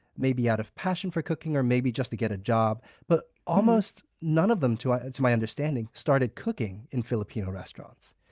maybe out of passion for cooking or maybe just to get a job. but, almost none of them, to to my understanding, started cooking in filipino restaurants.